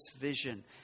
vision